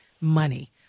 money